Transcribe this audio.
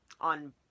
on